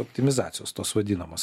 optimizacijos tos vadinamos